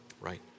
Right